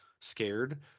scared